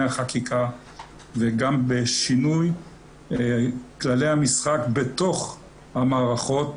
החקיקה וגם בשינוי כללי המשחק בתוך המערכות.